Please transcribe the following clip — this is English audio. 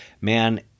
man